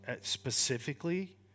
specifically